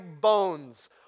bones